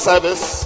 Service